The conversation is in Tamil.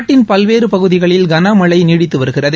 நாட்டின் பல்வேறு பகுதிகளில் கனமழை நீடித்து வருகிறது